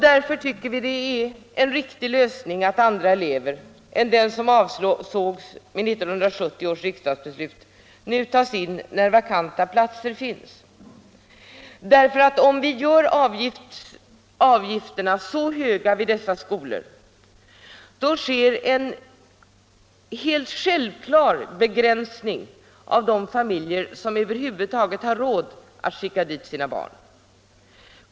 Det synes därför vara en god lösning att även andra elever än de som avsågs med 1970 års riksdagsbeslut nu tas in i den mån vakanta platser finns.” I annat fall blir avgifterna vid dessa skolor så höga, att det sker en självklar begränsning av de familjer som över huvud taget har råd att skicka dit sina barn.